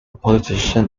politician